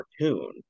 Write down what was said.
cartoon